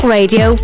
Radio